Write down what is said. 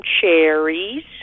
cherries